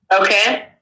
Okay